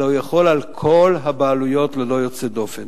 אלא הוא יחול על כל הבעלויות ללא יוצא דופן.